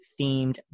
themed